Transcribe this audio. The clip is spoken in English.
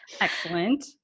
Excellent